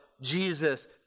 Jesus